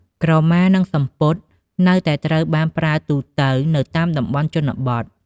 ក្រមានិងសំពត់នៅតែត្រូវបានប្រើទូទៅនៅតាមតំបន់ជនបទ។